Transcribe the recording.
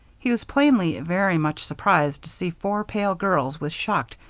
he was plainly very much surprised to see four pale girls with shocked,